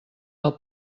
del